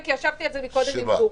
כי ישבתי על זה קודם עם גור.